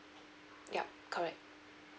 yup correct